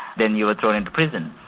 then you were thrown into prison.